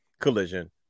Collision